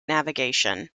navigation